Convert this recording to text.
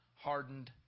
hardened